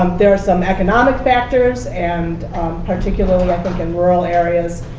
um there are some economic factors, and particularly, i think, in rural areas,